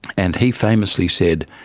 and he famously said,